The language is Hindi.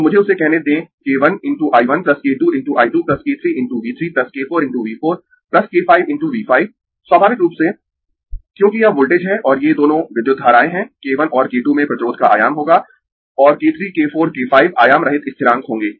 तो मुझे उसे कहने दें k 1 × I 1 k 2 × I 2 k 3 × V 3 k 4 × V 4 k 5 × V 5 स्वाभाविक रूप से क्योंकि यह वोल्टेज है और ये दोनों विद्युत धाराएं हैं k 1 और k 2 में प्रतिरोध का आयाम होगा और k 3 k 4 k5 आयाम रहित स्थिरांक होंगें